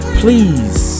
please